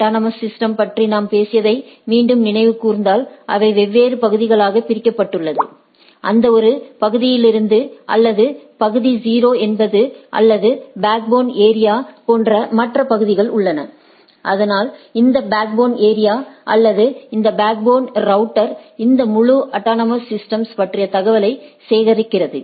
autonomous systems பற்றி நாம் பேசியதை மீண்டும் நினைவு கூர்ந்தால் அவை வெவ்வேறு பகுதிகளாகப் பிரிக்கப்பட்டுள்ளது அந்த ஒரு பகுதியிலிருந்து அல்லது பகுதி 0 என்பது அல்லது பேக்போன் ஏரியாபோன்ற மற்ற பகுதிகள் உள்ளன இதனால் இந்த பேக்போன் ஏரியா அல்லது இந்த பேக்போன் ஏரியா ரவுட்டர் இந்த முழு அட்டானமஸ் சிஸ்டம்ஸ் பற்றிய தகவல்களை சேகரிக்கிறது